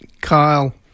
Kyle